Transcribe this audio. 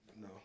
No